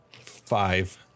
Five